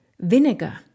vinegar